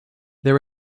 there